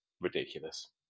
ridiculous